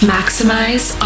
Maximize